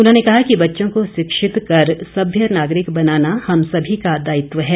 उन्होंने कहा कि बच्चों को शिक्षित कर सम्य नागरिक बनाना हम सभी का दायित्व है